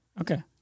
Okay